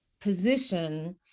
position